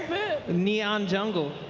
neon jungle.